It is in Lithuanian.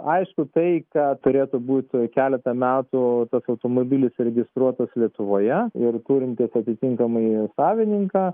aišku tai ką turėtų būt keletą metų automobilis registruotas lietuvoje ir turintis atitinkamąjį savininką